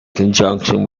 conjunction